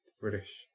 british